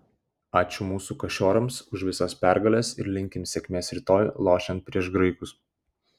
ačiū mūsų kašiorams už visas pergales ir linkim sėkmės rytoj lošiant prieš graikus